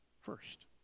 first